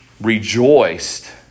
rejoiced